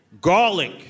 Garlic